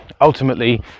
ultimately